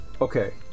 okay